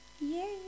Yay